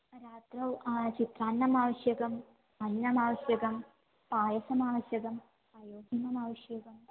रात्रौ चित्रान्नमावश्यकम् अन्नमावश्यकं पायसमावश्यकम् पयोहिममावश्यकम्